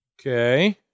Okay